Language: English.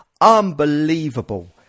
Unbelievable